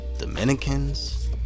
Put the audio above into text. Dominicans